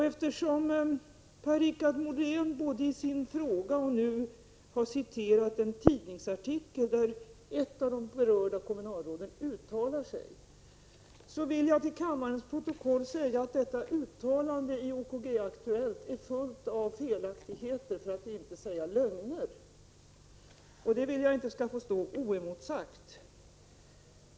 Eftersom Per-Richard Molén både i sin fråga och nu refererar till en tidningsartikel där ett av de berörda kommunalråden uttalar sig, vill jag till kammarens protokoll säga att detta uttalande i OKG-Aktuellt är fullt av felaktigheter, för att inte säga lögner — och dessa vill jag inte skall få stå oemotsagda.